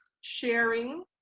sharing